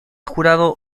jurado